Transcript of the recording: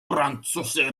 prantsuse